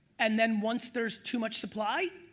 and then once there's too much supply,